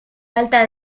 falta